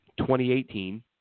2018